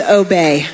obey